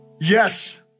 Yes